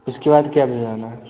इसके बाद क्या ले जाना है